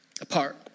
apart